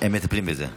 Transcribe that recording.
הם מטפלים בזה.